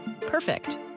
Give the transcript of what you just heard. Perfect